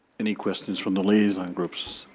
any questions from the liaison groups?